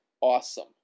awesome